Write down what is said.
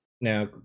Now